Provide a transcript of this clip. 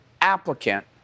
applicant